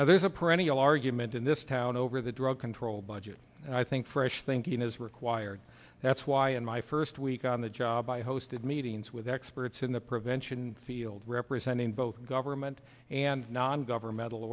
now there's a perennial argument in this town over the drug control budget and i think fresh thinking is required that's why in my first week on the job i hosted meetings with experts in the prevention field representing both government and non governmental